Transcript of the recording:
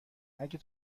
اگه